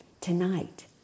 tonight